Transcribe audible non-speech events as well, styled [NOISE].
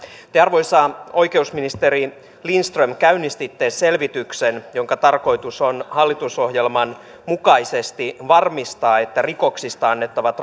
te arvoisa oikeusministeri lindström käynnistitte selvityksen jonka tarkoitus on hallitusohjelman mukaisesti varmistaa että rikoksista annettavat [UNINTELLIGIBLE]